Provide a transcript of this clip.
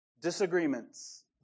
disagreements